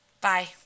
Bye